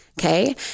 okay